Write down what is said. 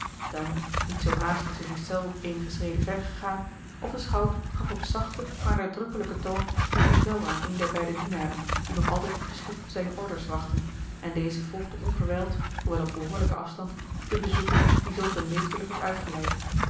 dan niet zoo haast was de ghiselles eenige schreden ver gegaan of de schout gaf op zachten maar nadrukkelijken toon een bevel aan een der beide dienaren die nog altijd op den stoep zijne orders wachtten en deze volgde onverwijld hoewel op behoorlijken afstand den bezoeker die zoo beleefdelijk was uitgeleid